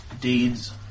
deeds